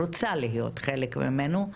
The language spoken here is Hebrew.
רוצה להיות חלק ממנו,